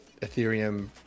ethereum